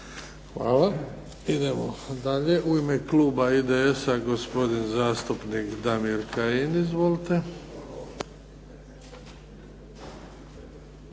Hvala. Idemo dalje. U ime kluba IDS-a gospodin zastupnik Damir Kajin. Izvolite.